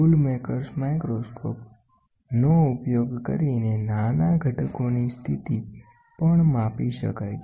tool makers માઈક્રોસ્કોપનો ઉપયોગ કરીને નાના ઘટકોની સ્થિતિ પણ માપી શકાય છે